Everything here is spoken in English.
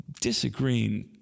disagreeing